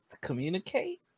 communicate